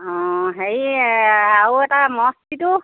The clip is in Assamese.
অঁ হেৰি আৰু এটা মস্তিটো